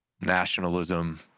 nationalism